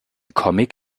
comic